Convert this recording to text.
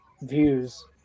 views